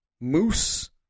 moose